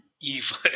evil